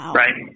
right